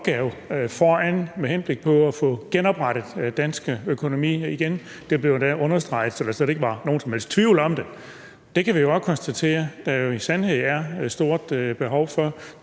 foran os med henblik på at få genoprettet dansk økonomi. Det blev endda understreget, så der slet ikke var nogen som helst tvivl om det. Det kan vi jo også konstatere. Sandheden er, at der er et stort behov for